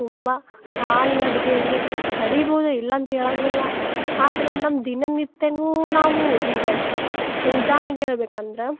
ತುಂಬ ಕಾಲ್ನಡಿಗೆಯಲ್ಲಿ ನಡಿಬೋದು ಇಲ್ಲ ಅಂತ ಹೇಳಂಗಿಲ್ಲ ಆದರೆ ನಮ್ಮ ದಿನ ನಿತ್ಯವೂ ನಾವು ಈಗ ಎಕ್ಸ್ ಉದಾಹರ್ಣೆಗ್ ಹೇಳ್ಬೇಕು ಅಂದ್ರೆ